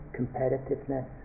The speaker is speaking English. competitiveness